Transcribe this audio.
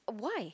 why